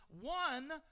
one